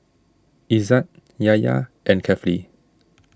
Izzat Yahya and Kefli